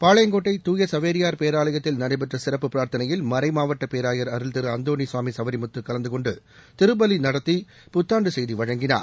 பாளையங்கோட்டை தூய சவேரியார் பேராலயத்தில் நடைபெற்ற சிறப்பு பிரார்த்தனையில் மறைமாவட்ட பேராயர் அருள்திரு அந்தோணி சாமி சவரிமுத்து கலந்துகொண்டு திருப்பலி நடத்தி புத்தாண்டு செய்தி வழங்கினார்